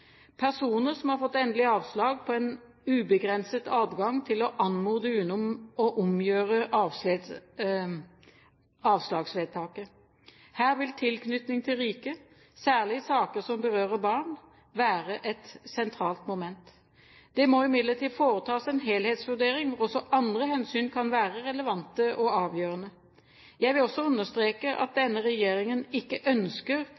Personer som har fått endelig avslag, har en ubegrenset adgang til å anmode UNE om å omgjøre avslagsvedtaket. Her vil tilknytning til riket, særlig i saker som berører barn, være et sentralt moment. Det må imidlertid foretas en helhetsvurdering, hvor også andre hensyn kan være relevante og avgjørende. Jeg vil også understreke at denne regjeringen ikke ønsker